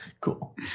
cool